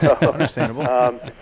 Understandable